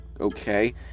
okay